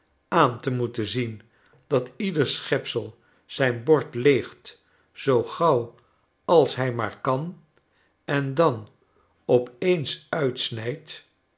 aan te moeten zien dat ieder schepsel zijn bord leegt zoo gauw als hij maar kan en dan op eens uitsnijdt